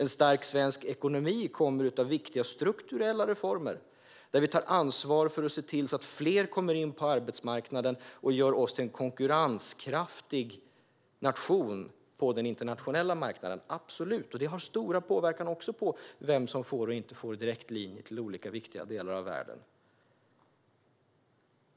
En stark svensk ekonomi kommer av viktiga strukturella reformer där vi tar ansvar för att se till att fler kommer in på arbetsmarknaden och bidrar till att göra oss till en konkurrenskraftig nation på den internationella marknaden, absolut. Det har stor påverkan också på vem som får och inte får direktlinjer till olika viktiga delar av världen.